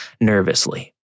nervously